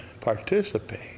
participate